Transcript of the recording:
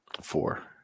Four